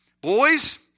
Boys